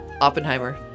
oppenheimer